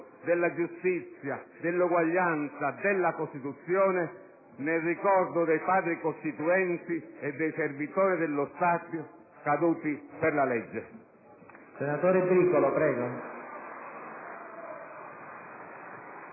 della giustizia, dell'uguaglianza, della Costituzione, nel ricordo dei Padri costituenti e dei servitori dello Stato caduti per la legge. *(Applausi dai